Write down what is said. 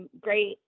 great